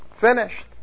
Finished